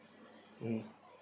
mm